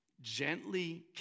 gently